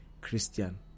Christian